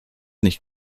nicht